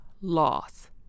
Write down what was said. loss